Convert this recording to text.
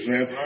Man